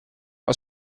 aus